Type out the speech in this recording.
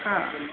हा